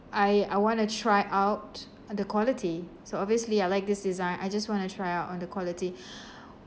I I want to try out the quality so obviously I like this design I just want to try out on the quality